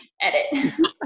Edit